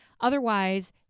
Otherwise